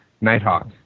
Nighthawk